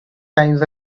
times